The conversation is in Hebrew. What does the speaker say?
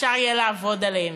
שאפשר יהיה טוב לעבוד עליהם.